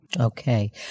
Okay